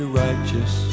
righteous